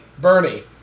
Bernie